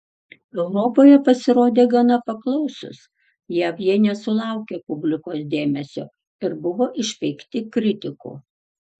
europoje pasirodė gana paklausūs jav jie nesulaukė publikos dėmesio ir buvo išpeikti kritikų